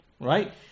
right